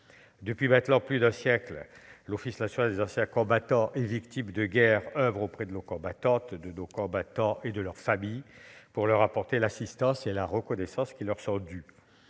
Depuis maintenant plus d'un siècle, l'Office national des anciens combattants et victimes de guerre oeuvre auprès de nos combattantes, de nos combattants et de leurs familles pour leur apporter l'assistance et la reconnaissance qui leur sont dues.